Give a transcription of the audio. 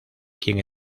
quien